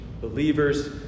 believers